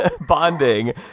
bonding